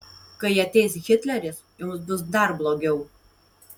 kai ateis hitleris jums bus dar blogiau